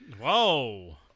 Whoa